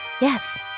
Yes